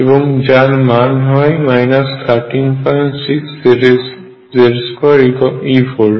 এবং যার মান হয় 136Z2 ইলেকট্রন ভোল্ট